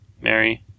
Mary